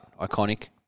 Iconic